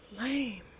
Lame